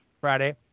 Friday